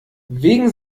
wegen